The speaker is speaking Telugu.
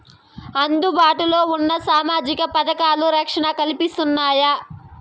అందుబాటు లో ఉన్న సామాజిక పథకాలు, రక్షణ కల్పిస్తాయా?